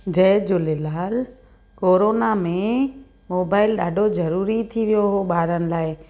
जय Jhulelal corona में mobile ॾाढो ज़रूरी थी वियो हो ॿारनि लाइ